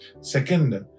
Second